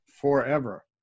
forever